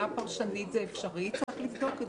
שמבחינה פרשנית זה אפשרי, צריך לבדוק את זה.